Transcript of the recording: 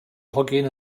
hogyn